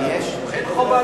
אין חובה